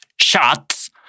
Shots